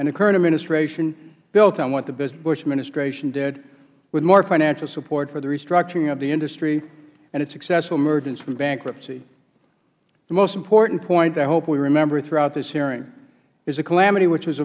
and the current administration built on what the bush administration did with more financial support for the restructuring of the industry and its successful emergence from bankruptcy the most important point that i hope we remember throughout this hearing is the calamity which was